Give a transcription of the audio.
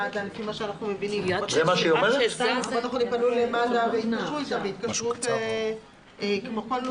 לפי מה שאנחנו מבינים --- פנו למד"א בהתקשרות כמו כל נותן